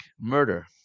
murder